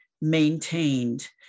maintained